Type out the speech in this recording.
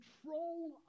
control